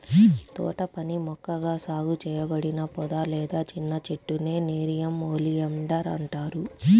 తోటపని మొక్కగా సాగు చేయబడిన పొద లేదా చిన్న చెట్టునే నెరియం ఒలియాండర్ అంటారు